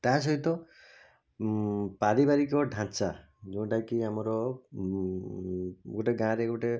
ତା ସହିତ ପାରିବାରିକ ଢାଞ୍ଚା ଯୋଉଟାକି ଆମର ଗୋଟେ ଗାଁ'ରେ ଗୋଟେ